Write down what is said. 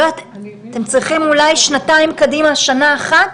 הם צריכים אולי שנתיים קדימה, שנה אחת,